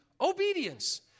obedience